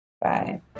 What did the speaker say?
Bye